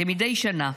כמדי שנה.